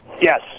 Yes